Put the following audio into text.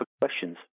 questions